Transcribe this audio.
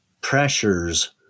pressures